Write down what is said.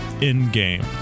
in-game